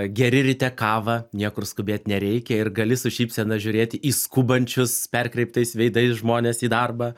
geri ryte kavą niekur skubėt nereikia ir gali su šypsena žiūrėti į skubančius perkreiptais veidais žmones į darbą